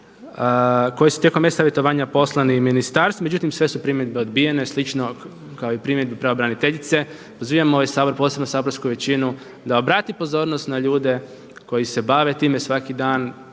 koje su tijekom e-savjetovanja poslani i ministarstvu. Međutim, sve su primjedbe odbijene slično kao i primjedbe pravobraniteljice. Pozivam ovaj Sabor, posebno saborsku većinu da obrati pozornost na ljude koji se bave time svaki dan,